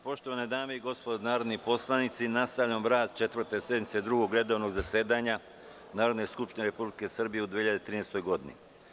Poštovane dame i gospodo narodni poslanici, nastavljamo rad Četvrte sednice Drugog redovnog zasedanja Narodne skupštine Republike Srbije u 2013. godini.